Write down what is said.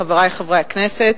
חברי חברי הכנסת,